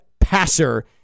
passer